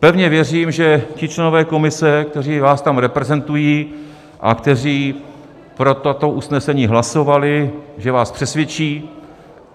Pevně věřím, že ti členové komise, kteří vás tam reprezentují a kteří pro tato usnesení hlasovali, vás přesvědčí